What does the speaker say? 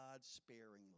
sparingly